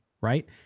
right